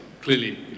clearly